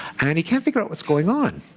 and he can't figure out what's going on.